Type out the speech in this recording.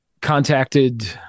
contacted